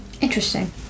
interesting